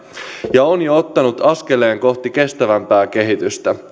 ja on jo ottanut askeleen kohti kestävämpää kehitystä